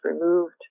removed